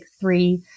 three